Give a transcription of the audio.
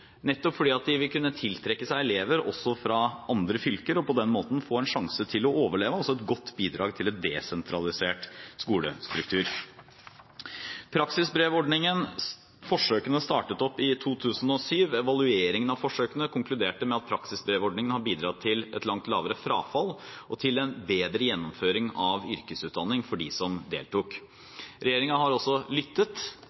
nettopp fordi de vil kunne tiltrekke seg elever også fra andre fylker og på den måten få en sjanse til å overleve – altså et godt bidrag til en desentralisert skolestruktur. Praksisbrevordningen: Forsøkene startet opp i 2007. Evalueringen av forsøkene konkluderte med at praksisbrevordningen har bidratt til et langt lavere frafall og til en bedre gjennomføring av yrkesutdanning for dem som